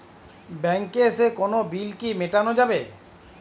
ব্যাংকে এসে কোনো বিল কি মেটানো যাবে?